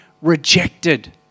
rejected